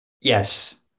yes